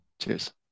Cheers